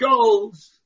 goals